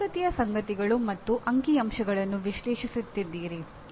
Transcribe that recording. ನೀವು ತರಗತಿಯ ಸಂಗತಿಗಳು ಮತ್ತು ಅಂಕಿಅಂಶಗಳನ್ನು ವಿಶ್ಲೇಷಿಸುತ್ತಿದ್ದೀರಿ